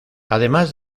además